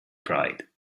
pride